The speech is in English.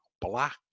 black